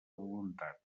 voluntat